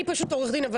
אני עורכת דין.